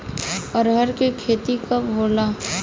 अरहर के खेती कब होला?